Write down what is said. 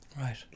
right